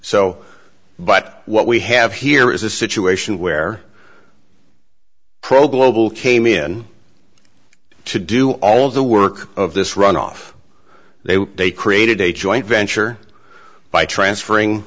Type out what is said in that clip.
so but what we have here is a situation where pro global came in to do all the work of this runoff they they created a joint venture by transferring